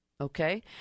Okay